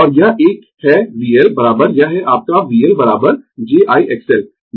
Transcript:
और यह एक है VL यह है आपका VL j I XL j का अर्थ कोण 90o है